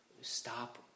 stop